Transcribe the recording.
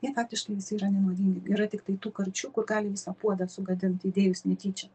jie faktiškai visi yra nenuodingi yra tiktai tų karčiukų ir gali visą puodą sugadint įdėjus netyčia